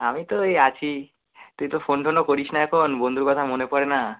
আমি তো এই আছি তুই তো ফোন টোনও করিস না এখন বন্ধুর কথা মনে পড়ে না